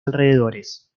alrededores